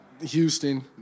Houston